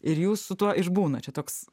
ir jūs su tuo išbūnat čia toks